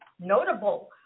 notable